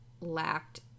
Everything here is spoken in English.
lacked